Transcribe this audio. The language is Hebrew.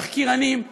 תחקירנים,